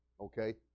okay